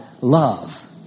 love